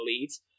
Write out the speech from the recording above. leads